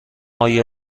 آیا